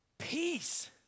Peace